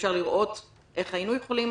ואפשר לראות איך היינו יכולים